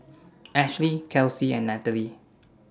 Ashely Kelsie and Natalie